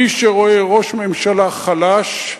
מי שרואה ראש ממשלה חלש,